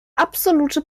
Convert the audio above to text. absolute